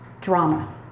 drama